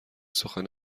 سخن